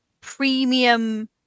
premium